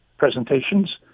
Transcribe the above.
presentations